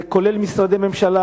זה כולל משרדי ממשלה,